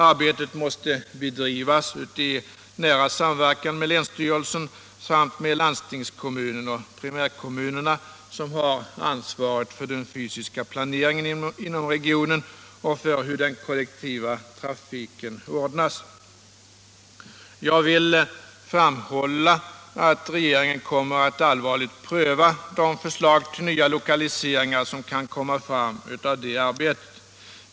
Arbetet måste bedrivas i nära samverkan med länsstyrelsen samt med landstingskommunen och primärkommunerna, som har ansvaret för den fysiska planeringen inom regionen och för hur den kollektiva trafiken ordnas. Jag vill framhålla att regeringen kommer att allvarligt pröva de förslag till nya lokaliseringar som kan komma fram av detta arbete.